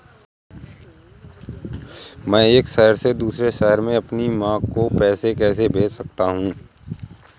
मैं एक शहर से दूसरे शहर में अपनी माँ को पैसे कैसे भेज सकता हूँ?